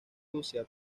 rusia